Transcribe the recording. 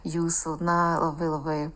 jūsų na labai labai